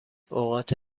اوقات